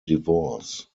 divorce